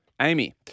Amy